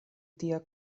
tia